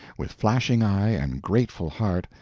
with flashing eye and grateful heart,